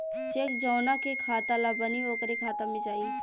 check जौना के खाता ला बनी ओकरे खाता मे जाई